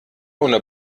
ohne